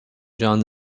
jon